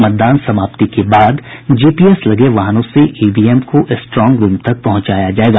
मतदान समाप्ति के बाद जीपीएस लगे वाहनों से ईवीएम को स्ट्रांग रूम तक पहुंचाया जायेगा